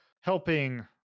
helping